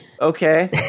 Okay